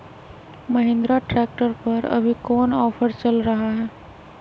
Mahindra tractor पर अभी कोन ऑफर चल रहा है?